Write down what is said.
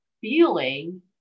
feeling